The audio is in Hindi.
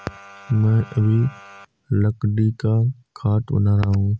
मैं अभी लकड़ी का खाट बना रहा हूं